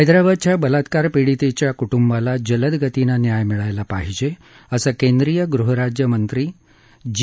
हैदराबादच्या बलात्कार पिडितेच्या कुटुंबाला जलद गतीनं न्याय मिळायला पाहिजे असं केंद्रीय गृहराज्यमंत्री जी